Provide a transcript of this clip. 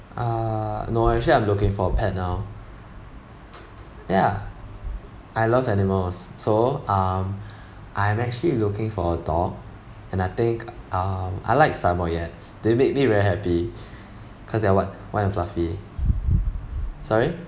uh no actually I'm looking for a pet now ya I love animals so um I'm actually looking for a dog and I think um I like samoyeds they make me very happy cause they are white white and fluffy sorry